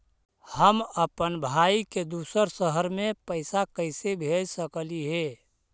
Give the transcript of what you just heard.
हम अप्पन भाई के दूसर शहर में पैसा कैसे भेज सकली हे?